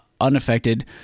unaffected